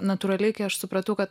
natūraliai kai aš supratau kad